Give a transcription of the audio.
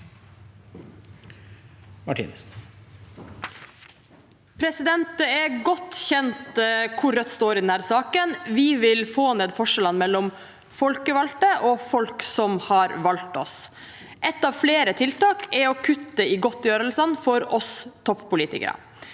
Det er godt kjent hvor Rødt står i denne saken. Vi vil få ned forskjellene mellom folkevalgte og folk som har valgt oss. Et av flere tiltak er å kutte i godtgjørelsene for oss toppolitikere.